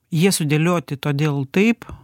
jie sudėlioti todėl taip